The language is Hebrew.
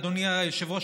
אדוני היושב-ראש,